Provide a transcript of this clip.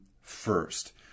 first